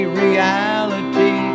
reality